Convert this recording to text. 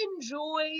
enjoy